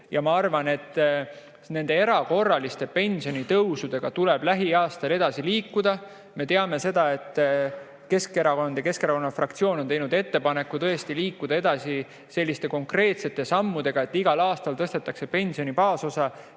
ja ma arvan, et erakorraliste pensionitõusudega tuleb lähiaastail edasi liikuda.Me teame, et Keskerakond ja Keskerakonna fraktsioon on teinud ettepaneku tõesti liikuda edasi selliste konkreetsete sammudega, et igal aastal tõstetakse pensioni baasosa